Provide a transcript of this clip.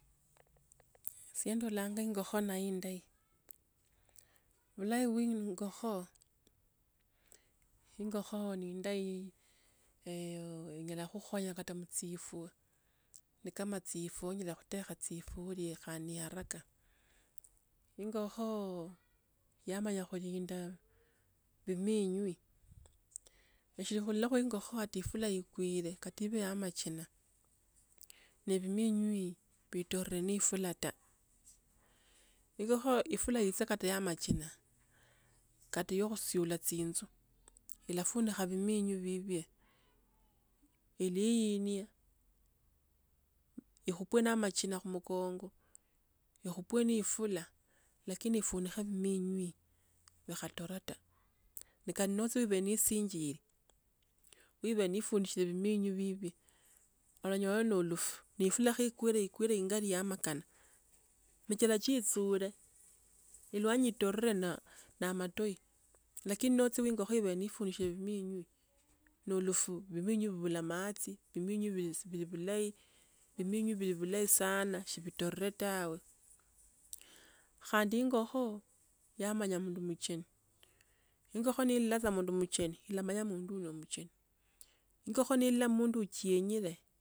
Sendolanga ing'okho nendayi. Bulayi bwa ing'oookho, ing'okho na indayi, eeeh inyala kukhonya kata khuchifwa, ni kama chifwa onyala kutekha chifwa olie khandi ni haraka. Ing'okho yamanya khulindaaa bimwinyi. Netsili kulalakho ingokho ati ifula ikwile kata ibe ya machina, na biminywi bitore na efula ta. Ing'okho ifula iiche kata ya machina, kata ya khusula chingu. Ilafunikha kha biminywi bibye. Ilii nie, ikupwe na machina khomukongo, ikupwe na efula lakini ifunikhe biminywi, bikhatora taa. Nekhano tsipeni tsinchiri, wipeni efundishe bi minyu bibyi, oronyool ulufu, ne phula khe kwere ikwere ikwere ingali ya makhana. Mechera chisu ure, elwanyi tore na na matoi, lakini no tsui ingokho ipeni furishen bimwinyi, no ulufu bimwinyi bu bhula maatsi, bimwinyi bhil bhi- bhi- bhulayi bimwinyi bhil bhulayi sana si vitore tawe. Khandi ing'okho, yamanya mundu mcheni, ing'okho neilala mundu muche, ila manya mundu huyo no umecheni. ing'okho neilola mundu uchienyile.